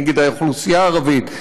נגד האוכלוסייה הערבית,